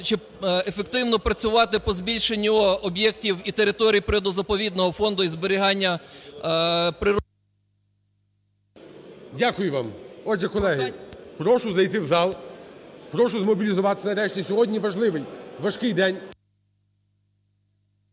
чи ефективно працювати по збільшенню об'єктів і територій природно-заповідного фонду і зберігання… ГОЛОВУЮЧИЙ. Дякую вам. Отже, колеги, прошу зайти в зал. Прошу змобілізуватися нарешті. Сьогодні важливий, важкий день.